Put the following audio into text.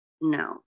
no